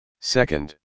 Second